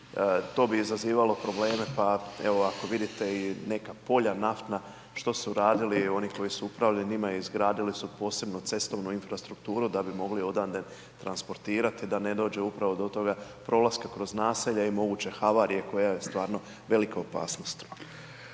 to bi izazivalo probleme, pa evo, ako vidite i neka polja, naftna, što su radili oni koji su upravljali njima i izgradili su posebnu cestovnu infrastrukturu, da bi mogli odande transportirati, da ne dođe upravo do toga prolaska kroz naselja i moguće havarije, koja je stvarno velika opasnost.